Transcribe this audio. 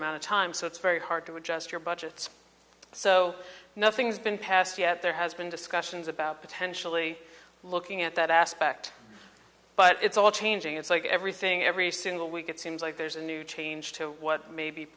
amount of time so it's very hard to adjust your budgets so nothing's been passed yet there has been discussions about potentially looking at that aspect but it's all changing it's like everything every single week it seems like there's a new change to what maybe